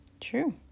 True